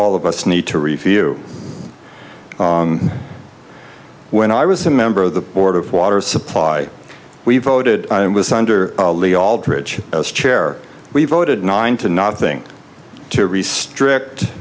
all of us need to review when i was a member of the board of water supply we voted with under the aldrich as chair we voted nine to nothing to restrict